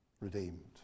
redeemed